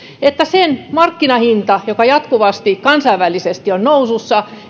markkinahinta on jatkuvasti kansainvälisesti nousussa